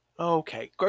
Okay